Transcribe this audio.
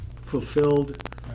fulfilled